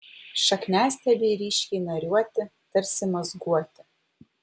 šakniastiebiai ryškiai nariuoti tarsi mazguoti